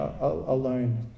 alone